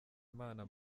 imana